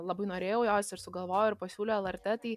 labai norėjau jos ir sugalvojau ir pasiūliau lrt tai